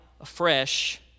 afresh